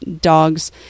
dogs